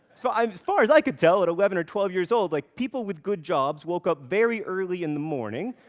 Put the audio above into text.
so um as far as i could tell at eleven or twelve years old, like, people with good jobs woke up very early in the morning,